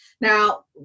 Now